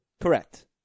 Correct